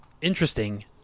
interesting